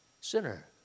Sinner